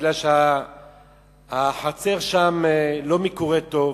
משום שהחצר שם אינה מקורה טוב,